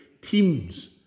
teams